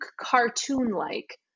cartoon-like